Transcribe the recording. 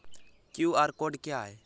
QR code क्या है?